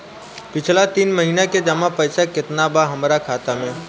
पिछला तीन महीना के जमा पैसा केतना बा हमरा खाता मे?